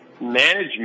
management